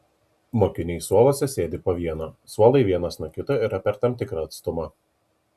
mokiniai suoluose sėdi po vieną suolai vienas nuo kito yra per tam tikrą atstumą